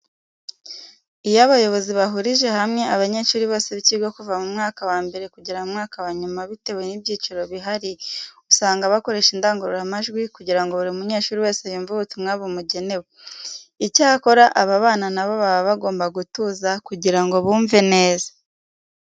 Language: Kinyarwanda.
Iyo abayobozi bahurije hamwe abanyeshuri bose b'ikigo kuva mu mwaka wa mbere kugera mu mwaka wa nyuma bitewe n'ibyiciro bihari, usanga bakoresha indangururamajwi kugira ngo buri munyeshuri wese yumve ubutumwa bumugenewe. Icyakora, aba bana na bo baba bagomba gutuza kugira ngo bumve neza.